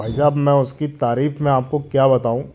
भाईसाब मैं उसकी तारीफ मैं आपको क्या बताऊँ